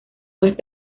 más